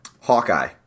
Hawkeye